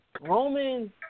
Roman